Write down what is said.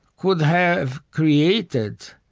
could have created